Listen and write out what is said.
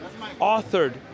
authored